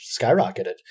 skyrocketed